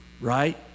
Right